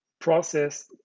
process